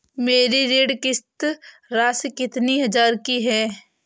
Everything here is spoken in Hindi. मेरी ऋण किश्त राशि कितनी हजार की है?